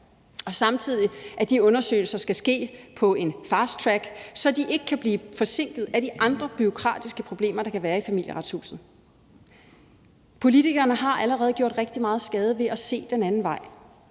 og samtidig, at disse undersøgelser skal ske på fasttrack, så de ikke kan blive forsinket af de andre bureaukratiske problemer, der kan være i Familieretshuset. Politikere har allerede gjort rigtig meget skade ved at se den anden vej,